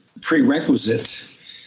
prerequisite